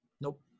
Nope